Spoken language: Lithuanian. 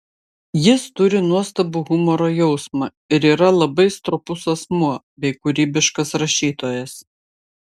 jis turi nuostabų humoro jausmą ir yra labai stropus asmuo bei kūrybiškas rašytojas